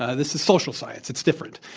ah this is social science. it's different.